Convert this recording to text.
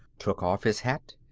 took off his hat,